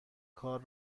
کار